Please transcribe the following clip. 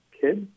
kids